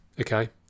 Okay